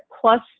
plus